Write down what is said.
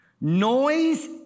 Noise